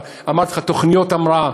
אמרתי לך: תוכניות המראה.